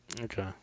Okay